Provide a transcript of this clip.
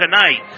tonight